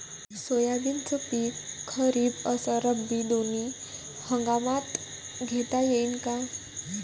सोयाबीनचं पिक खरीप अस रब्बी दोनी हंगामात घेता येईन का?